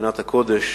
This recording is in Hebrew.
מבחינת הקודש